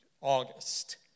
August